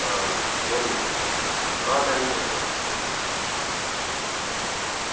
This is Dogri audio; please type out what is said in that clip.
आं नेईं नेईं तां ठंड च रक्खो